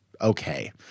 okay